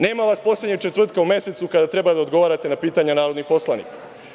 Nema vas poslednjeg četvrtka u mesecu, kada treba da odgovarate na pitanja narodnih poslanika.